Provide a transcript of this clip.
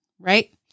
right